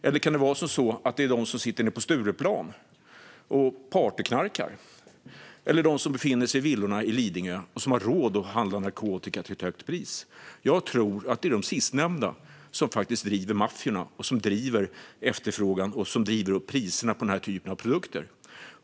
Eller kan det vara de som sitter på Stureplan och partyknarkar? Eller är det de som befinner sig i villorna i Lidingö och som har råd att handla narkotika till ett högt pris? Jag tror att det är de sistnämnda som driver maffiorna, som driver efterfrågan och som driver upp priserna på den typen av produkter.